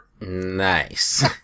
Nice